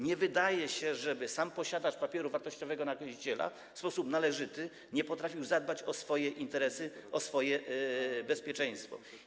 Nie wydaje się, żeby sam posiadacz papieru wartościowego na okaziciela w sposób należyty nie potrafił zadbać o swoje interesy, o swoje bezpieczeństwo.